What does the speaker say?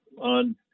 on